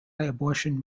abortion